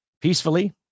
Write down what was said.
peacefully